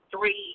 three